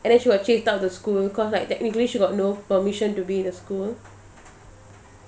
and then she was chased out of the school cause like technically she got no permission to be in the school